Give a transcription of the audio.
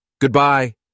Goodbye